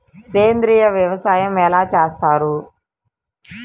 సేంద్రీయ వ్యవసాయం ఎలా చేస్తారు?